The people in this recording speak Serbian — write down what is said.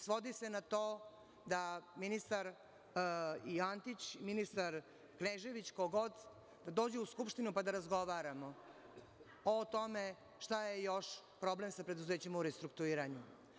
Svodi se na to da ministar i Antić i ministar Knežević, ko god, da dođe u Skupštinu pa da razgovaramo o tome šta je još problem sa preduzećima u restrukturiranju.